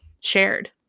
shared